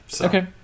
okay